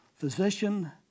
Physician